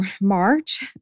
March